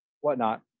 whatnot